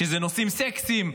כשאלה נושאים סקסיים,